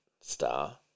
star